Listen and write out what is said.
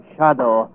Shadow